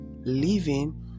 living